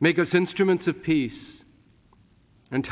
make us instruments of peace and